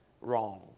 wrong